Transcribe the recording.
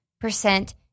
percent